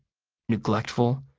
neglectful?